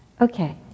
Okay